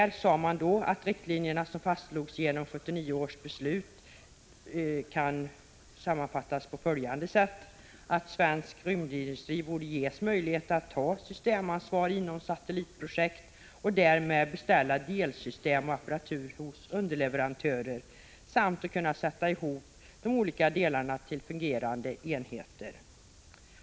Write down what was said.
Riktlinjerna, som fastslogs genom 1979 års riksdagsbeslut, kan sammanfattas på följande sätt: Svensk rymdindustri borde ges möjlighet att ta systemansvar inom satellitprojekt och därmed beställa delsystem och apparatur hos underleverantörer samt att sätta ihop de olika delarna till fungerande enheter.